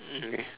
mm okay